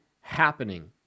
happening